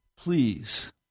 Please